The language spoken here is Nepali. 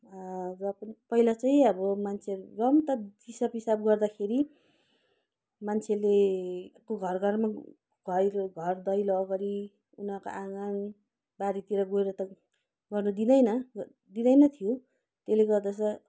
र पनि पहिला चाहिँ अब मान्छेहरू र पनि त दिसापिसाब गर्दाखेरि मान्छेले को घर घरमा दैलो घर दैलो अगाडि उनीहरूको आँगन बारीतिर गएर त गर्नु दिँदैन दिँदैन थियो त्यसले गर्दा चाहिँ